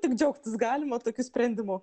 tik džiaugtis galima tokiu sprendimu